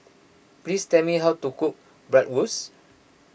please tell me how to cook Bratwurst